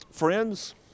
Friends